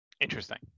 Interesting